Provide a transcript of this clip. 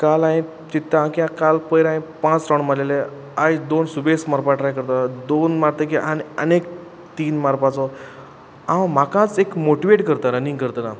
काल हांयें काल पयर हांयें पांच रावंड मारलेले आयज दोन सुबेज मारपाक ट्राय करतां दोन मारतकीर आनी एक तीन मारपाचो हांव म्हाकाच एक मोटिवॅट करता रनिंग करतना